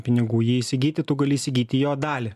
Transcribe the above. pinigų jį įsigyti tu gali įsigyti jo dalį